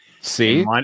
See